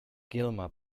gilmer